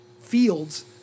fields